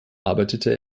arbeitete